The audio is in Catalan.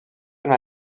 una